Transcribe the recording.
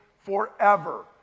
forever